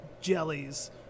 jellies